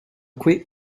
qui